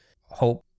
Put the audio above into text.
hope